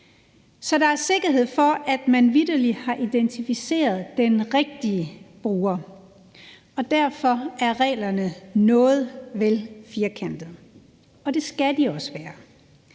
så der er sikkerhed for, at man vitterlig har identificeret den rigtige bruger. Derfor er reglerne noget vel firkantede, og det skal de også være.